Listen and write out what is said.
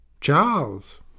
Charles